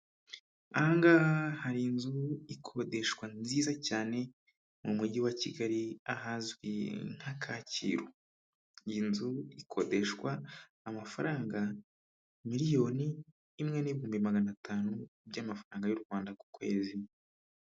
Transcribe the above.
Ahangaha hari inzu ikodeshwa nziza cyane mu mujyi wa Kigali ahazwi nka Kacyiru, iyi nzu ikodeshwa amafaranga miliyoni imwe n'ibihumbi magana atanu by'amafaranga y'u Rwanda ku kwezi.